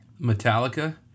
Metallica